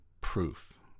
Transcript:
proof